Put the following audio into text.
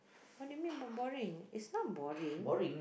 what do you mean I'm boring it's not boring